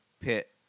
pit